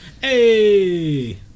Hey